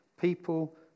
people